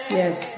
yes